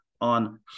on